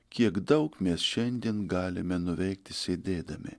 kiek daug mes šiandien galime nuveikti sėdėdami